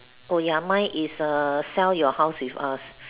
oh ya mine is err sell your house with us